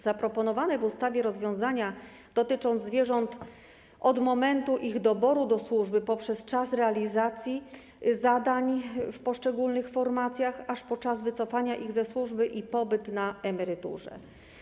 Zaproponowane w ustawie rozwiązania dotyczą zwierząt od momentu ich doboru do służby, poprzez czas realizacji zadań w poszczególnych formacjach, aż po czas ich wycofania ze służby i pobyt na emeryturze.